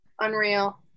Unreal